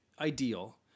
ideal